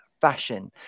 fashion